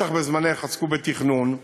בטח בזמנך עסקו בתכנון.